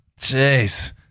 Jeez